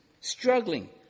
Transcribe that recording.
struggling